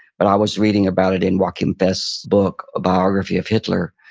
but i was reading about it in joachim fest's book, a biography of hitler,